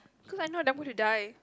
because I know that I'm gonna die